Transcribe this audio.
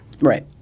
right